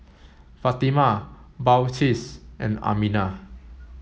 Fatimah Balqis and Aminah